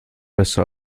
besser